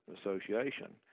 association